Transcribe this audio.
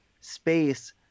space